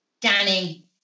danny